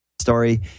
story